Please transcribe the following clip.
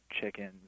chickens